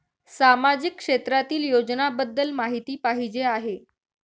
सामाजिक क्षेत्रातील योजनाबद्दल माहिती पाहिजे आहे?